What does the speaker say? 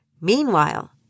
Meanwhile